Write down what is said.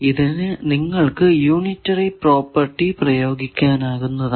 ഇതിന് നിങ്ങൾക് unitary property പ്രയോഗിക്കാവുന്നതാണ്